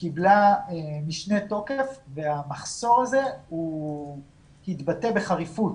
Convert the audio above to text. קיבלה משנה תוקף והמחסור הזה התבטא בחריפות.